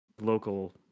local